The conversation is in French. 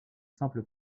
simple